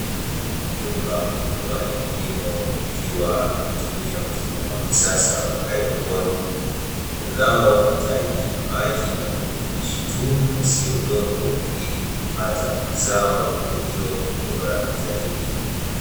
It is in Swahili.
Nyumba kubwa ya kilimo, ikiwa inatumia mfumo wa kisasa wa haidroponi, unaohitaji maji na virutubishi tu na sio udongo ili kupata zao lililo bora zaidi.